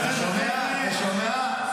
אתה שומע,